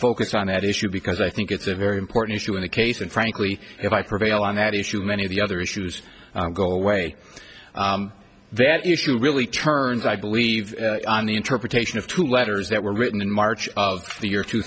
focus on that issue because i think it's a very important issue in the case and frankly if i prevail on that issue many of the other issues go away that issue really turns i believe on the interpretation of two letters that were written in march of the year two